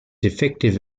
effective